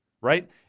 right